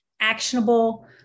actionable